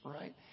right